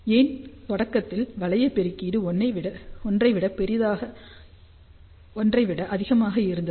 ஏன் தொடக்கத்தில் வளைய பெருக்கீடு 1 ஐ விட அதிகமாக இருந்தது